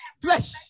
Flesh